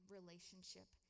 relationship